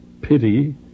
pity